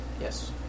Yes